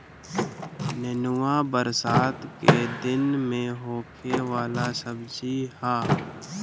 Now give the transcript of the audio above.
नेनुआ बरसात के दिन में होखे वाला सब्जी हअ